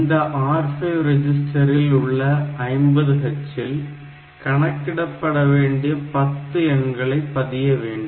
இந்த R5 ரெஜிஸ்டரில் உள்ள 50h இல் கணக்கிடப்பட வேண்டிய 10 எண்களை பதிய வேண்டும்